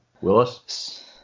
Willis